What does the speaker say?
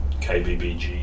KBBG